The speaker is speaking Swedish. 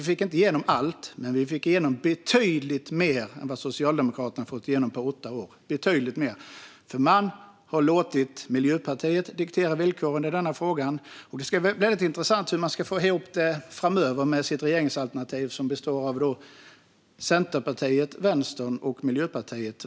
Vi fick inte igenom allt, men vi fick igenom betydligt mer än vad Socialdemokraterna fått igenom på de åtta år då man låtit Miljöpartiet diktera villkoren i denna fråga. Det ska bli väldigt intressant att se hur man ska få ihop det framöver med sitt regeringsalternativ, som består av Centerpartiet, Vänstern och Miljöpartiet.